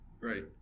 right